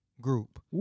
group